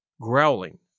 growling